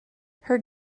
her